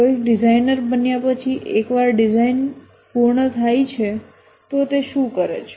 કોઈક ડિઝાઇનર બન્યા પછી એકવાર ડિઝાઇન પૂર્ણ થાય છે તો તે શું કરે છે